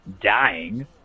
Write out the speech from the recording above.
Dying